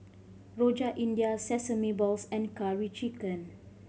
Rojak India Sesame Balls and Curry Chicken